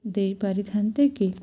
ଦେଇପାରିଥାନ୍ତେ କି